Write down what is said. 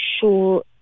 sure